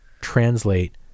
translate